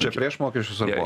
čia prieš mokesčius ar po